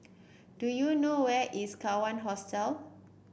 do you know where is Kawan Hostel